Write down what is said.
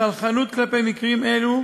סלחנות כלפי מקרים אלו,